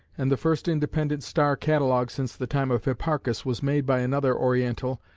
and the first independent star catalogue since the time of hipparchus was made by another oriental,